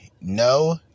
no